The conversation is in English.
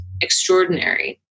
extraordinary